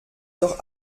doch